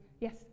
Yes